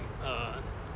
err